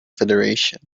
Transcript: federation